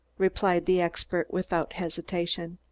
replied the expert without hesitation.